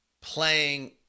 playing